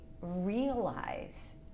realize